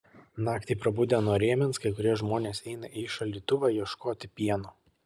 naktį prabudę nuo rėmens kai kurie žmonės eina į šaldytuvą ieškoti pieno